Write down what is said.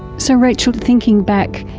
so rachel, thinking back,